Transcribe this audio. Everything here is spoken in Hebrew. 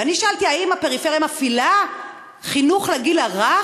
ואני שאלתי, האם הפריפריה מפעילה חינוך לגיל הרך?